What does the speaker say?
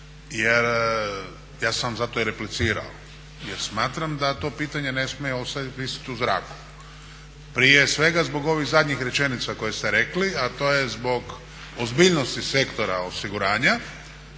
jer ja sam zato i replicirao, jer smatram da to pitanje ne smije ostati visit u zraku. Prije svega zbog ovih zadnjih rečenica koje ste rekli, a to je zbog ozbiljnosti sektora osiguranja,